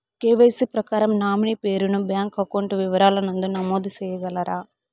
KYC ప్రకారం nominee పేరు ను బ్యాంకు అకౌంట్ వివరాల నందు నమోదు సేయగలరా?